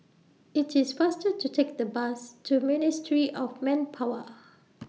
IT IS faster to Take The Bus to Ministry of Manpower